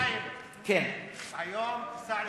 תיסע לסח'נין,